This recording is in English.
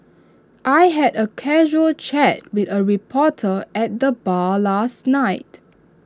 I had A casual chat with A reporter at the bar last night